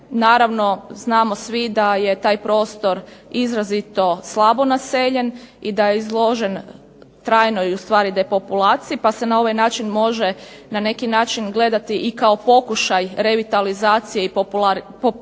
Naravno, znamo svi da je taj prostor izrazito slabo naseljen i da je izložen trajnoj ustvari depopulaciji pa se na ovaj način može na neki način gledati i kao pokušaj revitalizacije i populizacije